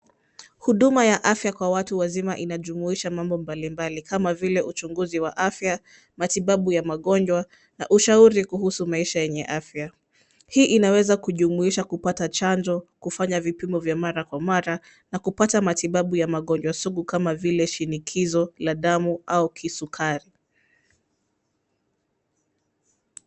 Huduma ya afya kwa watu wazima inajumuisha mambo mbalimbali kama vile uchunguzi wa afya, matibabu ya magonjwa na ushauri kuhusu maisha yenye afya. Hii inaweza kujumuisha kupata chanjo, kufanya vipimo vya mara kwa mara na kupata matibabu ya magonjwa sugu kama vile shinikizo la damu au kisukari.